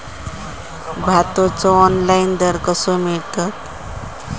भाताचो ऑनलाइन दर कसो मिळात?